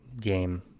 game